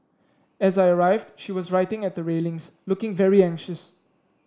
as I arrived she was writing at the railings looking very anxious